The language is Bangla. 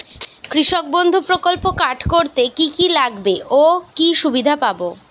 কৃষক বন্ধু প্রকল্প কার্ড করতে কি কি লাগবে ও কি সুবিধা পাব?